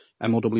MoW